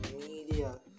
media